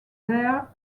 there